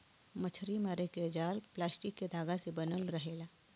मछरी मारे क जाल प्लास्टिक के धागा से बनल रहेला